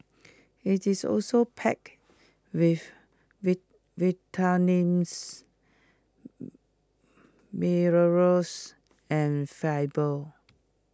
IT is also packed with vitamins minerals and fibre